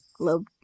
Love